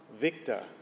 victor